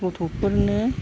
गथ'फोरनो